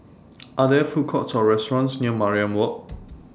Are There Food Courts Or restaurants near Mariam Walk